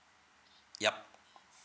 yup